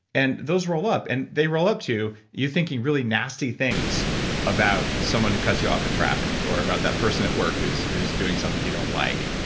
and those roll up. and they roll up on you thinking really nasty things about someone who cuts you off in traffic or about that person at work who's who's doing something you don't like.